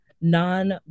non